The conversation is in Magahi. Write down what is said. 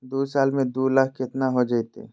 दू साल में दू लाख केतना हो जयते?